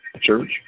church